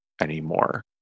anymore